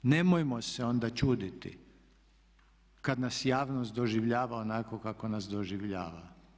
Nemojmo se onda čuditi kad nas javnost doživljava onako kako nas doživljava.